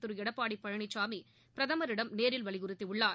திரு எடப்பாடி பழனிசாமி பிரதமரிடம் நேரில் வலியுறுத்தியுள்ளார்